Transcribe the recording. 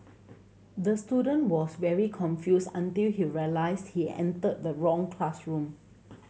the student was very confused until he realised he entered the wrong classroom